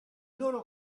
loro